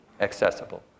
accessible